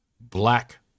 black